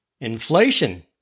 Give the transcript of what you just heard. Inflation